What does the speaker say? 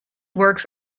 works